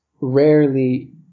rarely